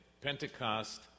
Pentecost